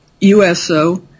USO